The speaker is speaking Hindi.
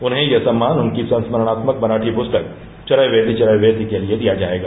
उन्हें यह सम्मान उनकी संस्मरणात्मक मराठी पुस्तक चरैवेति चरैवेति के लिये दिया जायेगा